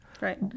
Right